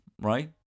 right